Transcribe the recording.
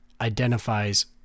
identifies